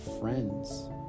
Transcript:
friends